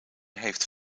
heeft